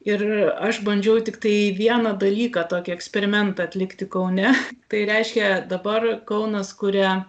ir aš bandžiau tiktai vieną dalyką tokį eksperimentą atlikti kaune tai reiškia dabar kaunas kuria